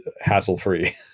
hassle-free